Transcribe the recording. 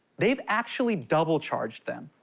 they've actually double charged them.